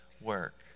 work